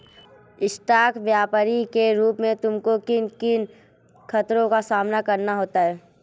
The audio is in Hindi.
स्टॉक व्यापरी के रूप में तुमको किन किन खतरों का सामना करना होता है?